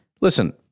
Listen